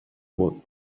vot